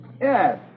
Yes